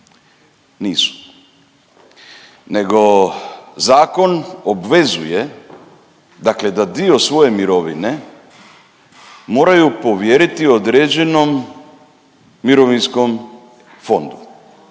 Nisu. Nego zakon obvezuje dakle da dio svoje mirovine moraju povjeriti određenom mirovinskom fondu